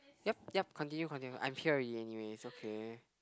yup yup continue continue I'm here anyways it's okay